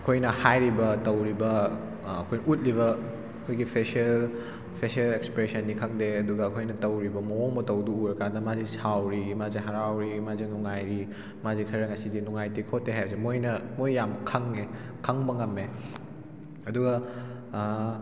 ꯑꯩꯈꯣꯏꯅ ꯍꯥꯏꯔꯤꯕ ꯇꯧꯔꯤꯕ ꯑꯩꯈꯣꯏ ꯎꯠꯂꯤꯕ ꯑꯩꯈꯣꯏꯒꯤ ꯐꯦꯁꯦꯜ ꯐꯦꯁꯦꯜ ꯑꯦꯛꯁꯄ꯭ꯔꯦꯁꯟꯅꯤ ꯈꯪꯗꯦ ꯑꯗꯨꯒ ꯑꯩꯈꯣꯏꯅ ꯇꯧꯔꯤꯕ ꯃꯑꯣꯡ ꯃꯇꯧꯗꯨ ꯎꯔ ꯀꯥꯟꯗ ꯃꯥꯁꯦ ꯁꯥꯎꯔꯤ ꯃꯥꯁꯦ ꯍꯔꯥꯎꯔꯤ ꯃꯥꯁꯦ ꯅꯨꯡꯉꯥꯏꯔꯤ ꯃꯥꯁꯦ ꯈꯔ ꯉꯁꯤꯗꯤ ꯅꯨꯡꯉꯥꯏꯇꯦ ꯈꯣꯠꯇꯦ ꯍꯥꯏꯕꯁꯤ ꯃꯣꯏꯅ ꯃꯣꯏ ꯌꯥꯝ ꯈꯪꯉꯦ ꯈꯪꯕ ꯉꯝꯃꯦ ꯑꯗꯨꯒ